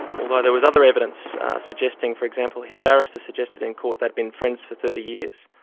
although there was other evidence suggesting, for example, his barrister suggested in court they'd been friends for thirty years.